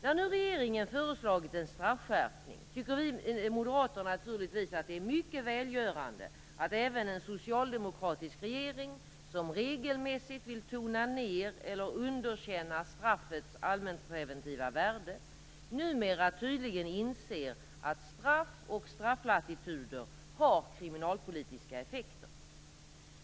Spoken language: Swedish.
När nu regeringen föreslagit en straffskärpning tycker vi moderater naturligtvis att det är mycket välgörande att även en socialdemokratisk regering, som regelmässigt vill tona ned eller underkänna straffets allmänpreventiva värde, numera tydligen inser att straff och strafflatituder har kriminalpolitiska effekter.